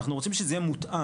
אנחנו רוצים שזה יהיה מותאם,